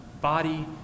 body